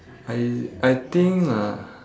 I I think uh